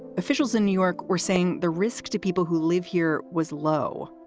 officials in new york were saying the risk to people who live here was low.